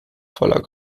voller